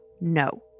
No